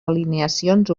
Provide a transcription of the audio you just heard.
alineacions